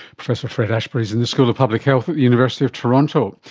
professor fred ashbury is in the school of public health at the university of toronto.